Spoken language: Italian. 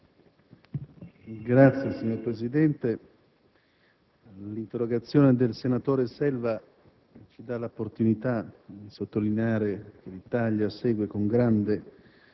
esteri*. Signor Presidente, l'interrogazione del senatore Selva ci dà l'opportunità di sottolineare che l'Italia segue con grande